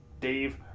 Dave